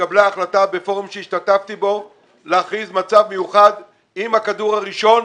התקבלה החלטה בפורום שהשתתפתי בו להכריז מצב מיוחד עם הכדור הראשון.